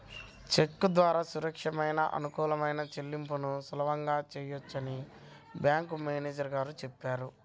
చెక్కు ద్వారా సురక్షితమైన, అనుకూలమైన చెల్లింపులను సులువుగా చేయవచ్చని బ్యాంకు మేనేజరు గారు చెప్పారు